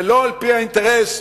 ולא על-פי האינטרס,